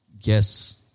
yes